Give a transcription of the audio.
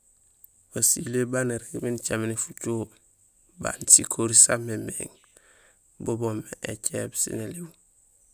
Basilé baan irégmé nicaméné fucoho baan sikori samémééŋ bo boomé écééb sén éliw.